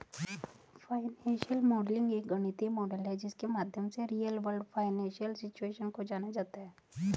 financial modelling एक गणितीय model है जिसके माध्यम से रियल वर्ल्ड फाइनेंशियल सिचुएशन को जाना जाता है